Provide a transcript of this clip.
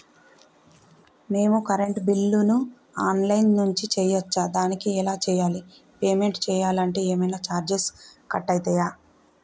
మేము కరెంటు బిల్లును online నుంచి చేయచ్చా? దానికి ఎలా చేయాలి? పేమెంట్ చేయాలంటే ఏమైనా చార్జెస్ కట్ అయితయా?